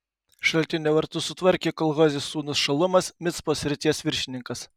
šaltinio vartus sutvarkė kol hozės sūnus šalumas micpos srities viršininkas